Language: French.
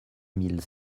mille